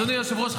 אדוני היושב-ראש,